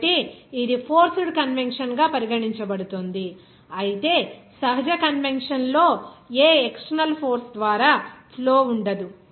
కాబట్టి ఇది forced convection గా పరిగణించబడుతుంది అయితే సహజ కన్వెక్షన్ లో ఏ ఎక్స్టర్నల్ ఫోర్స్ ద్వారా ఫ్లో ఉండదు